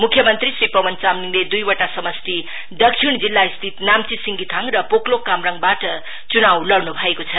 मुख्य मन्त्री श्री पवन चामलिङले दुईवटा समस्टि दक्षिण जिल्लास्थित नाम्ची सिंघिथाङ र पोक्लोक क्रामराङबाट चुनाव लड़नु भएको छ